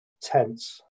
tense